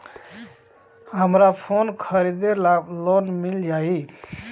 हमरा फोन खरीदे ला लोन मिल जायी?